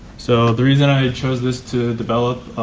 so the reason i chose this to develop